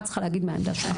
את צריכה להגיד מה העמדה שלכם.